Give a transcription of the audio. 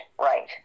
Right